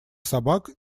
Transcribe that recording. собак